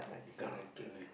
correct correct